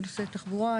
בנושא תחבורה,